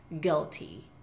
guilty